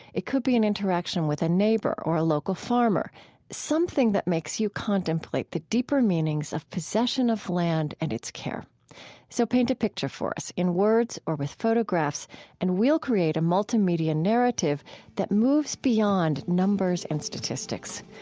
it could be an interaction with a neighbor or a local farmer something that makes you contemplate the deeper meanings of possession of land and its care so, paint a picture for us in words or with photographs and we'll create a multimedia narrative that moves beyond numbers and statistics.